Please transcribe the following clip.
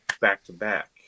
back-to-back